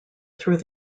through